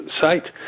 site